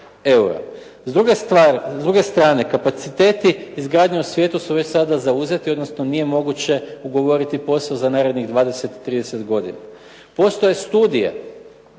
S druge strane kapaciteti izgradnje u svijetu su već sad zauzeti, odnosno nije moguće ugovoriti posao za narednih 20, 30 godina. Postoje studije